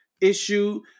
issue